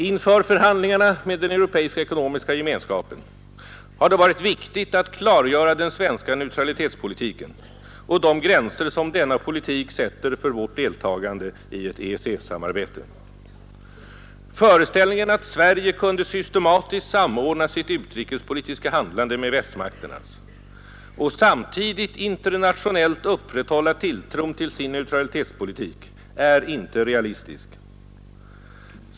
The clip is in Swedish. Inför förhandlingarna med den europeiska ekonomiska gemenskapen har det varit viktigt att klargöra den svenska neutralitetspolitiken och de gränser som denna politik sätter för vårt deltagande i ett EEC-samarbete. Föreställningen att Sverige kunde systematiskt samordna sitt utrikespolitiska handlande med västmakternas och samtidigt internationellt upprätthålla tilltron till sin neutralitetspolitik är inte realistisk.